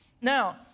Now